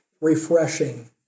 Refreshing